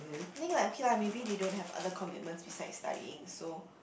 I think like okay lah maybe they don't have other commitments beside studying so